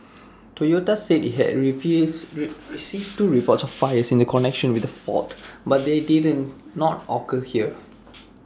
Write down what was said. Toyota said IT had reviews received two reports of fires in connection with the fault but they didn't not occur here